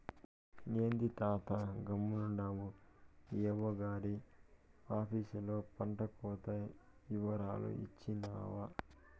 ఏంది తాతా గమ్మునుండావు ఏవో గారి ఆపీసులో పంటకోత ఇవరాలు ఇచ్చినావా